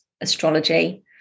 astrology